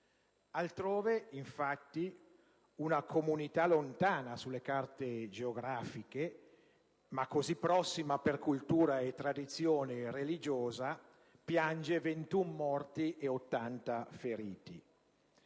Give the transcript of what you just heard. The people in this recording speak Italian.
Altrove, infatti, una comunità lontana sulle carte geografiche, ma così prossima per cultura e tradizione religiosa, piange 21 morti e 80 feriti.